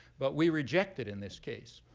but we reject it in this case.